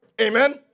Amen